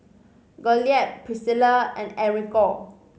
Gottlieb Priscilla and Enrico